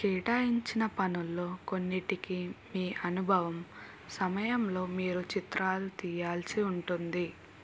కేటాయించిన పనుల్లో కొన్నిటికి మీ అనుభవం సమయంలో మీరు చిత్రాలు తియ్యాల్సి ఉంటుంది